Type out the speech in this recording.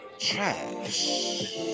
Trash